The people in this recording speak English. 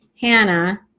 Hannah